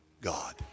God